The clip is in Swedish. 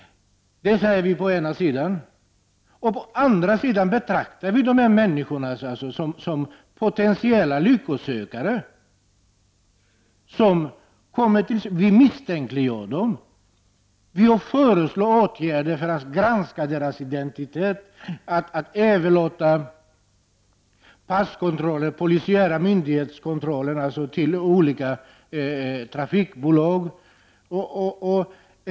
Å andra sidan betraktar vi dessa människor som potentiella lycksökare. Dessa människor misstänkliggörs. Vi föreslår åtgärder för att granska deras identitet, och vi överlåter den polisiära myndighetskontrollen till olika trafikbolag.